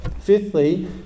Fifthly